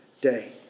day